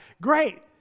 great